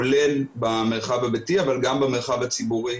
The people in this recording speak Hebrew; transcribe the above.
כולל במרחב הביתי אבל גם במרחב הציבורי.